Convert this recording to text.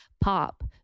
pop